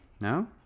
No